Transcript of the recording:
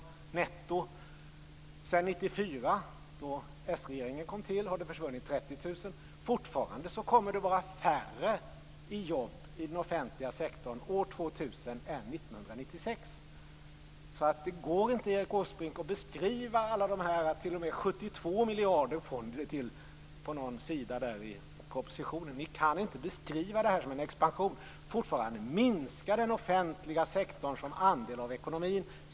Sedan 1994, då s-regeringen kom till, har det försvunnit 30 000 jobb. Fortfarande kommer det vara färre i jobb i den offentliga sektorn år 2000 än 1996. Det går inte, Erik Åsbrink, att beskriva allt det här som en expansion - 72 miljarder får ni det till på någon sida i propositionen. Fortfarande minskar den offentliga sektorn som andel av ekonomin.